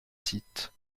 site